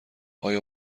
آیا